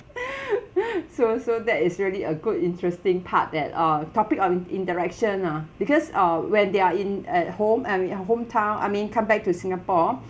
so so that is really a good interesting part that uh topic on interaction lah because uh when they are in at home and we are hometown I mean come back to singapore